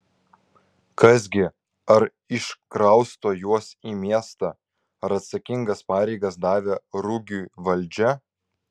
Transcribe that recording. kas gi ar iškrausto juos į miestą ar atsakingas pareigas davė rugiui valdžia